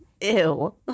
Ew